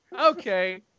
Okay